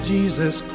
Jesus